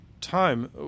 time